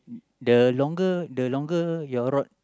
the longer the longer your rod